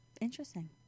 interesting